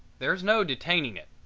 there's no detaining it.